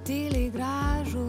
tyliai gražų